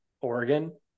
Oregon